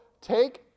take